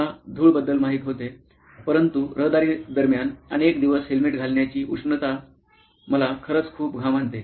मला धूळ बद्दल माहित होते परंतु रहदारी दरम्यान अनेक दिवस हेल्मेट घालण्याची उष्णता मला खरंच खूप घाम आणते